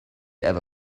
ever